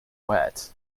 wet